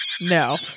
no